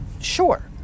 Sure